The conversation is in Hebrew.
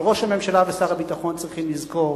אבל ראש הממשלה ושר הביטחון צריכים לזכור